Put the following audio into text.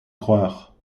croire